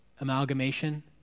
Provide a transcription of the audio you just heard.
amalgamation